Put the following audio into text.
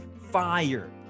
fire